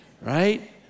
right